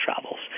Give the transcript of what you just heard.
travels